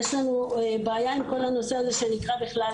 יש לנו בעיה עם כל הנושא הזה שנקרא בכלל